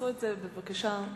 תעשו את זה בבקשה מאחור.